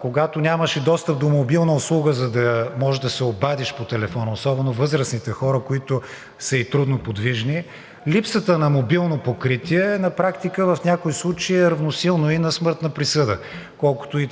когато нямаш достъп и до мобилна услуга, за да можеш да се обадиш по телефона, особено възрастните хора, които са и трудноподвижни, липсата на мобилно покритие на практика в някой случаи е равносилно и на смъртна присъда, колкото и